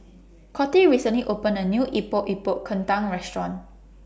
Coty recently opened A New Epok Epok Kentang Restaurant